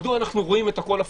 למה אנחנו רואים הכול הפוך.